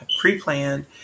pre-planned